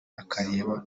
akareba